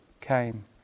came